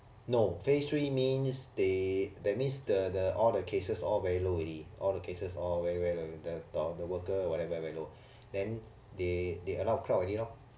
no phase three means they that means the the all the cases all very low already all the cases very very very the worker or whatever very low then they they allow crowd already lor